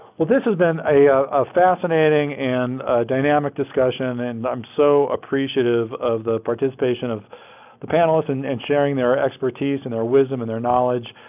well this has been a fascinating and dynamic discussion and i'm so appreciative of the participation of the panelists and and sharing their expertise and their wisdom, and their knowledge.